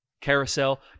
carousel